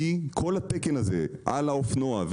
כי כל התקן הזה על האופנוע,